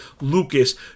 Lucas